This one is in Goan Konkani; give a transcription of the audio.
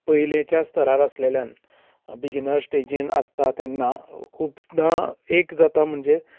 पयलेच्या स्थरार आसलेल्यान बिगीनर स्टॅजीन आसता तेन्ना खुबदां एक जाता म्हणजे